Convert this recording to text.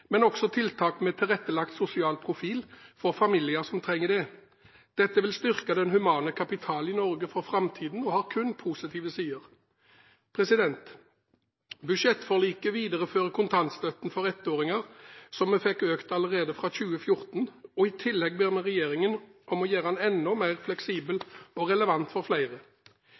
men også tiltak med tilrettelagt sosial profil for familier som trenger det. Dette vil styrke den humane kapital i Norge for framtiden og har kun positive sider. Budsjettforliket viderefører kontantstøtten for ettåringer, som vi fikk økt allerede fra 2014, og i tillegg ber vi regjeringen om å gjøre den enda mer fleksibel og relevant for flere.